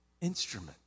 instrument